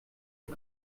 und